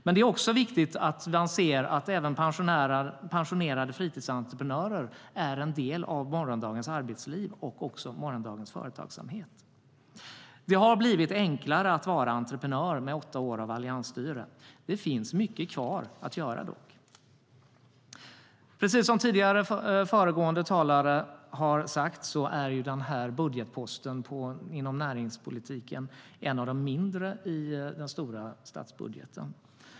Men det är också viktigt att pensionerade fritidsentreprenörer är en del av morgondagens arbetsliv och företagsamhet. Precis som föregående talare sa är budgetposten inom näringspolitiken en av de mindre i den stora statsbudgeten.